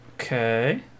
Okay